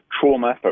trauma